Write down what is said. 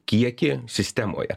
kiekį sistemoje